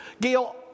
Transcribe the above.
Gail